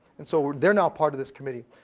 and so they're now part of this committee.